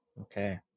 okay